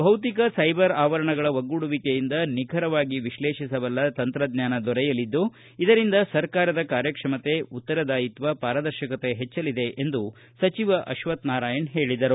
ಭೌತಿಕ ಸೈಬರ್ ಆವರಣಗಳ ಒಗ್ಗೂಡುವಿಕೆಯಿಂದ ನಿಖರವಾಗಿ ವಿಶ್ಲೇಷಿಸಬಲ್ಲ ತಂತ್ರಜ್ಜಾನ ದೊರೆಯಲಿದ್ದು ಇದರಿಂದ ಸರ್ಕಾರದ ಕಾರ್ಯಕ್ಷಮತೆ ಉತ್ತರದಾಯಿತ್ವ ಪಾರದರ್ಶಕತೆ ಹೆಚ್ಚಲಿದೆ ಎಂದು ಸಚಿವ ಅಶ್ವತ್ವನಾರಾಯಣ ಹೇಳಿದರು